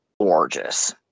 gorgeous